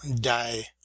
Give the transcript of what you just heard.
Die